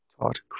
taught